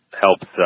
helps